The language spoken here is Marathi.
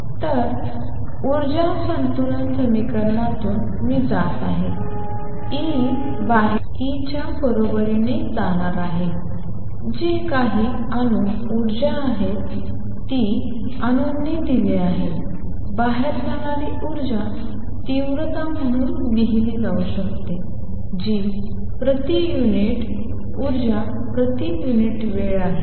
तर ऊर्जा संतुलन समीकरणातून मी जात आहे E बाहेर जाणे E च्या बरोबरीने येणार आहे जे काही अनु ऊर्जा आहे ती अणूंनी दिले आहे बाहेर जाणारी ऊर्जा तीव्रता म्हणून लिहीली जाऊ शकते जी प्रति युनिट ऊर्जा प्रति युनिट वेळ आहे